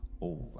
over